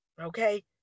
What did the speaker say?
okay